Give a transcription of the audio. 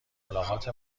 ملاقات